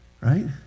right